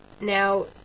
now